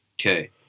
Okay